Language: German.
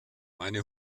meine